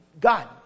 God